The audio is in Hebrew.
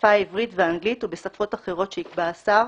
בשפה העברית והאנגלית ובשפות אחרות שיקבע השר,